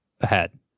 ahead